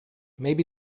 maybe